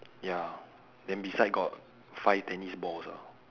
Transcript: ya then beside got five tennis balls ah